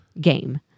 game